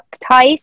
ties